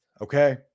Okay